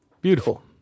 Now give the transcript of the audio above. Beautiful